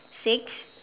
six